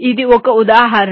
ఇది ఒక ఉదాహరణ